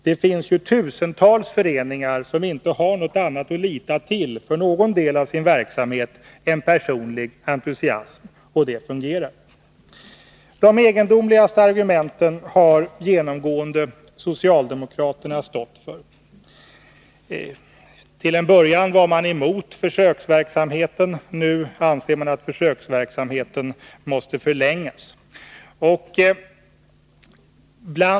Det finns ju tusentals föreningar som inte har något annat att lita till för någon del av sin verksamhet än personlig entusiasm — och det fungerar. De egendomligaste argumenten har socialdemokraterna genomgående stått för. Till en början var de emot försöksverksamheten, nu anser de att den måste förlängas.